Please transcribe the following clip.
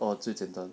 oh 最简单